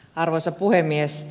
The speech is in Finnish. arvoisa puhemies